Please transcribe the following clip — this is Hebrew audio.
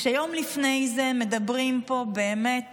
כשיום לפני זה מדברים פה באמת